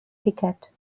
piquet